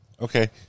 Okay